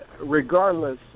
regardless